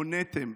הוניתם,